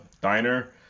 diner